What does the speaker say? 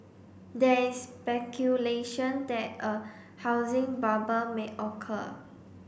there is speculation that a housing bubble may occur